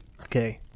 Okay